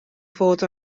fod